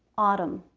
autumn,